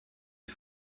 est